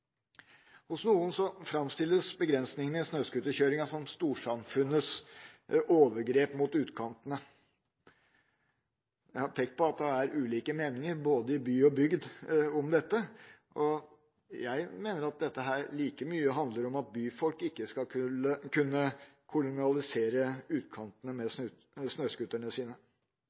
Hos noen framstilles begrensningene i snøscooterkjøringa som storsamfunnets overgrep mot utkantene. Jeg har pekt på at det er ulike meninger, både i by og bygd om dette. Jeg mener at dette like mye handler om at byfolk ikke skal kunne kolonialisere utkantene med snøscooterne sine.